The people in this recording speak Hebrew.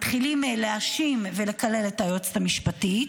מתחילים להאשים ולקלל את היועצת המשפטית,